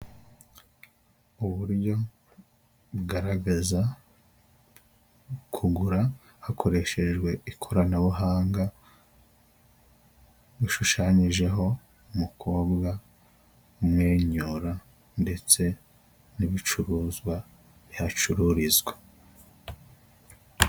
Uburyo bugaragaza kugura hakoreshejwe ikoranabuhanga, bushushanyijeho umukobwa, umwenyura ndetse n'ibicuruzwa bihacururizwa.